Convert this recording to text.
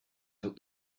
out